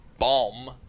bomb